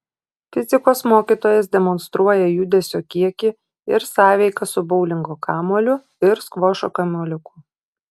fizikos mokytojas demonstruoja judesio kiekį ir sąveiką su boulingo kamuoliu ir skvošo kamuoliuku